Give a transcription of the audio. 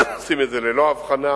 עושים את זה ללא הבחנה,